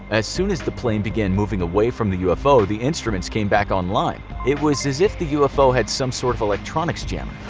as soon as the plane began moving away from the ufo the instruments came back online. it was as if the ufo had some sort of electronics jammer.